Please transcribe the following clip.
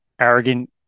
arrogant